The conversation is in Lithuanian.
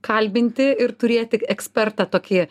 kalbinti ir turėti ekspertą tokį